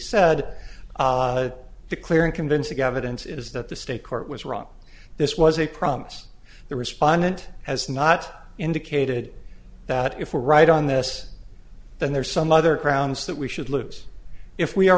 said the clear and convincing evidence is that the state court was wrong this was a promise the respondent has not indicated that if we're right on this then there's some other grounds that we should lose if we are